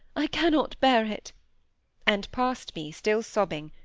i cannot bear it and passed me, still sobbing,